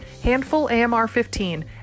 Handfulamr15